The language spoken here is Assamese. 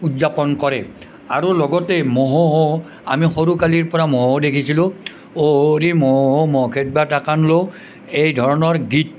উদযাপন কৰে আৰু লগতে মহোহো আমি সৰু কালৰ পৰা মহোহো দেখিছিলোঁ অ' হৰি মহোহো ম'হ খেদবা টাকান লওঁ এই ধৰণৰ গীত